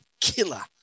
killer